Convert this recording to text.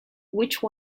which